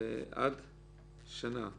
ועד שנה.